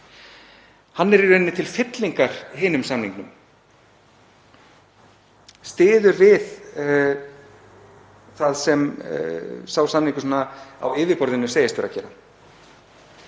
Hann er í rauninni til fyllingar hinum samningnum. Hann styður við það sem sá samningur á yfirborðinu segist vera að gera.